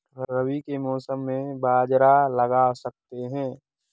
रवि के मौसम में बाजरा लगा सकते हैं?